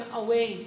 away